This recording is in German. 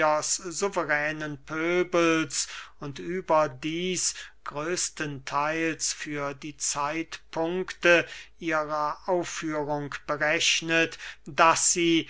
pöbels und überdieß größten theils für die zeitpunkte ihrer aufführung berechnet daß sie